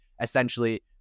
essentially